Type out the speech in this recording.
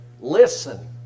listen